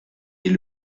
est